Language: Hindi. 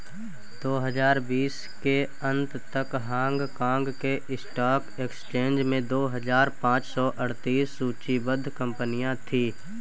दो हजार बीस के अंत तक हांगकांग के स्टॉक एक्सचेंज में दो हजार पाँच सौ अड़तीस सूचीबद्ध कंपनियां थीं